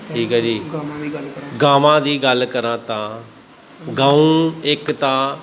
ਠੀਕ ਹੈ ਜੀ ਗਾਵਾਂ ਦੀ ਗੱਲ ਕਰਾਂ ਤਾਂ ਗਊਂ ਇੱਕ ਤਾਂ